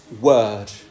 word